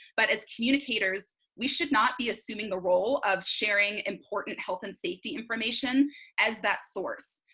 but as communicators we should not be assuming the role of sharing important health and safety information as that source.